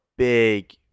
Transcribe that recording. Big